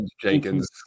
Jenkins